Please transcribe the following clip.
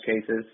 cases